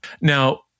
Now